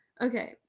Okay